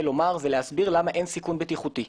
לומר זה להסביר למה אין סיכון בטיחותי.